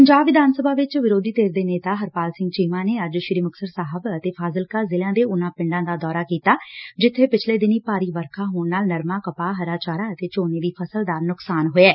ਪੰਜਾਬ ਵਿਧਾਨ ਸਭਾ ਵਿਚ ਵਿਰੋਧੀ ਧਿਰ ਦੇ ਨੇਤਾ ਹਰਪਾਲ ਸਿੰਘ ਚੀਮਾ ਨੇ ਅੱਜ ਸ੍ਰੀ ਮੁਕਤਸਰ ਸਾਹਿਬ ਅਤੇ ਫਾਜ਼ਿਲਕਾ ਜ਼ਿਲ਼ਿਆਂ ਦੇ ਉਨਾਂ ਪਿੰਡਾ ਦਾ ਦੌਰਾ ਕੀਤਾ ਜਿੱਬੇ ਪਿਛਲੇ ਦਿਨੀ ਭਾਰੀ ਵਰਖਾ ਨਾਲ ਨਰਮਾ ਕਪਾਹ ਹਰਾ ਚਾਰਾ ਅਤੇ ਝੋਨੇ ਦੀ ਫਸਲ ਦਾ ਨੁਕਸਾਨ ਹੋਇਐ